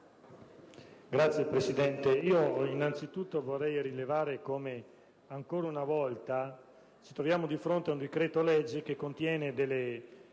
Signora Presidente, innanzitutto vorrei rilevare come ancora una volta ci troviamo di fronte ad un decreto‑legge che contiene delle